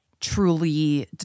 truly